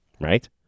Right